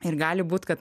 ir gali būt kad